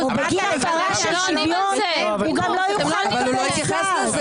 או בגין הפרה של שוויון הוא גם לא יוכל לקבל סעד.